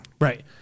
Right